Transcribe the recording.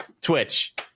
Twitch